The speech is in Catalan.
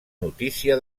notícia